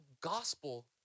gospel